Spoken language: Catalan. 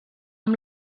amb